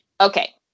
Okay